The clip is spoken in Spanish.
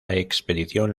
expedición